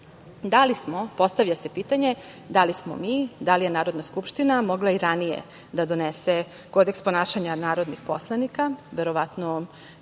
skupštine. Postavlja se pitanje, da li smo mi, da li je Narodna skupština mogla i ranije da donese kodeks ponašanja narodnih poslanika? Verovatno